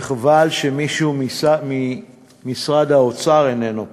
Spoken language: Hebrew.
וחבל שמישהו ממשרד האוצר איננו פה.